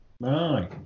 Right